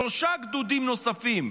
שלושה גדודים נוספים,